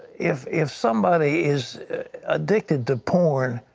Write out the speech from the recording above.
if if somebody is addicted to porn,